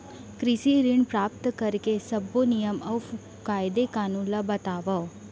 कृषि ऋण प्राप्त करेके सब्बो नियम अऊ कायदे कानून ला बतावव?